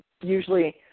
usually